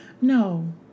No